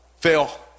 Fail